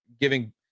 giving